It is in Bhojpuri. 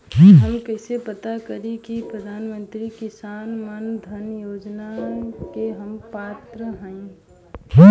हम कइसे पता करी कि प्रधान मंत्री किसान मानधन योजना के हम पात्र हई?